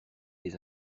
des